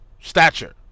stature